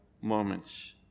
moments